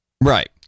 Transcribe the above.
Right